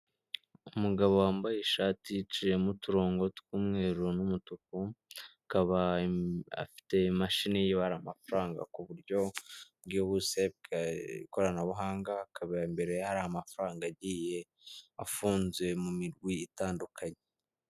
Umugabo wambaye ishati iciyemo uturongo tw'umweru n'umutuku, akaba afite imashini ibara amafaranga ku buryo bwihuse bw' ikoranabuhanga, akaba imbere ye hari amafarangagiye afunze mu migwi itandukanye.